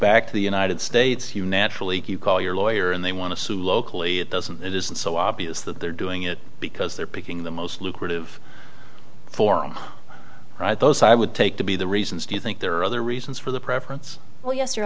back to the united states you naturally you call your lawyer and they want to sue locally it doesn't it isn't so obvious that they're doing it because they're picking the most lucrative form right those i would take to be the reasons do you think there are other reasons for the preference